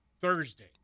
Thursday